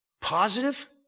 Positive